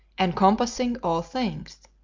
encompassing all things.